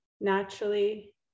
naturally